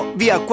via